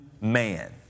man